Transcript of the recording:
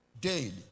daily